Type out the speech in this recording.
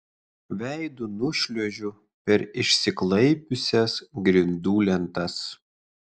veidu nušliuožiu per išsiklaipiusias grindų lentas